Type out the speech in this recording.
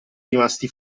rimasti